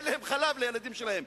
אין להם חלב לילדים שלהם,